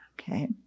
Okay